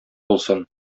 булсын